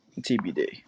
TBD